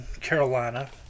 Carolina